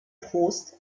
trost